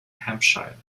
hampshire